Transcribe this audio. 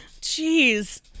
Jeez